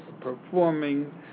performing